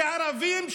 כערבים,